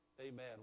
Amen